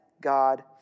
God